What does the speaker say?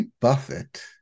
Buffett